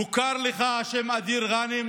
מוכר לך השם אדיר גאנם?